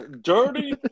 Dirty